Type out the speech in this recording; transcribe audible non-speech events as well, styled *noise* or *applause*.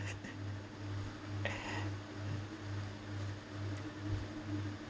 *laughs*